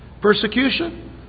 Persecution